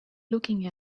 looking